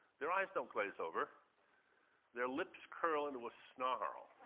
their eyes don't glaze over their lips curl into a snarl.